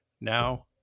Now